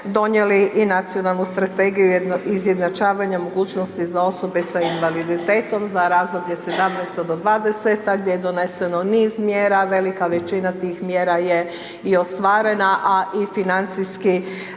donijeli i nacionalnu Strategiju izjednačavanja mogućnosti za osobe sa invaliditetom za razdoblje 2017.—2020., gdje je doneseno niz mjera, velika većina tih mjera je i ostvarena a i financijski